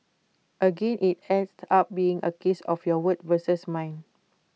again IT ends up being A case of your word versus mine